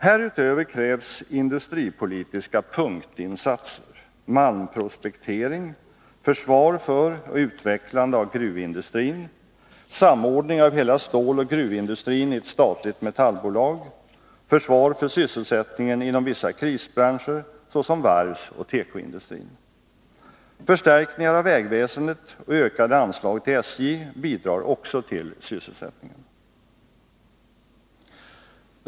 Härutöver krävs industripolitiska punktinsatser: malmprospektering, försvar för och utvecklande av gruvindustrin, samordning av hela ståloch gruvindustrin i ett statligt metallbolag, försvar för sysselsättningen inom vissa krisbranscher, såsom varvsoch tekoindustrin. Förstärkningar av vägväsendet och ökade anslag till SJ bidrar också till sysselsättningen.